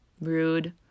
rude